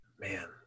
Man